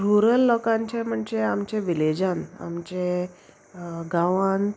rural लोकांचे म्हणजे आमचे विलेजान आमचे गांवांत